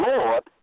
Lord